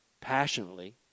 passionately